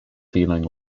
feeling